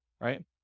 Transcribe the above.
Right